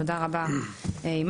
תודה רבה אימאן,